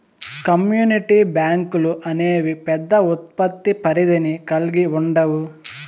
community బ్యాంకులు అనేవి పెద్ద ఉత్పత్తి పరిధిని కల్గి ఉండవు